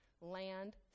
Land